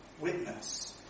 witness